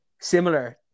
similar